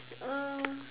uh